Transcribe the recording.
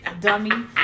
Dummy